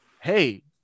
hey